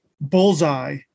bullseye